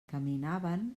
caminaven